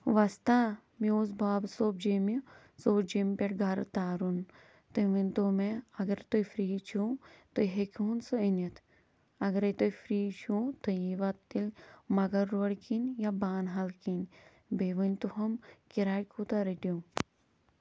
وۄستا مےٚ اوس بابہٕ صوب جیمہِ سُہ اوس جیمہِ پیٹھ گرٕ تارُن تُہۍ ؤنتو مےٚ اگر تُہۍ فرِی چھِو تُہۍ ہیکوٕ نہٕ سُہ أنِتھ اگرے تُہۍ فرِی چھِو تُہۍ ییوا تیٚلہِ مغل روڑٕ کِنۍ یا بانٕہال کِنۍ بےٚ ونتٕہوم کِراے کوٗتاہ رٔٹِو